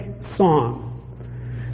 song